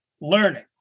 learning